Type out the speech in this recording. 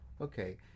Okay